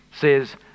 says